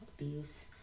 abuse